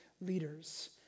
leaders